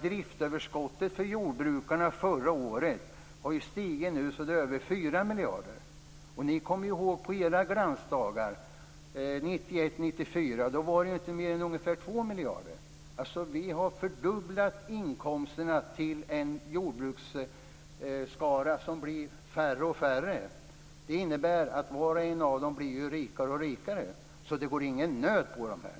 Driftsöverskottet för jordbrukarna förra året steg till över 4 miljarder kronor. Ni kommer ju ihåg hur det var under era glansdagar, 1991-1994. Då var det inte mer än ungefär 2 miljarder. Vi har alltså fördubblat inkomsterna för en jordbrukarskara som blir mindre och mindre. Det innebär att vara och en av dem blir rikare och rikare. Så det går ingen nöd på dem.